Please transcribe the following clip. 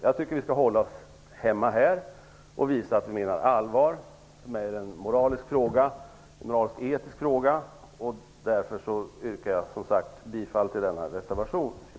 Jag tycker att vi skall hålla oss här hemma och visa att vi menar allvar. Det är en moralisk och etisk fråga, och därför yrkar jag bifall till reservation 22.